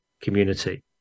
community